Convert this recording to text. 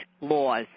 laws